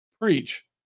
preach